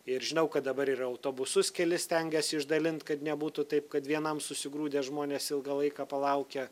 ir žinau kad dabar ir autobusus kelis stengiasi išdalint kad nebūtų taip kad vienam susigrūdę žmonės ilgą laiką palaukia